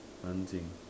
nanjing